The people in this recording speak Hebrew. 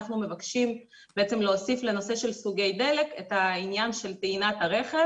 אנחנו מבקשים בעצם להוסיף לנושא של סוגי דלק את העניין של טעינת הרכב.